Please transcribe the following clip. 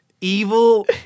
Evil